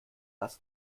das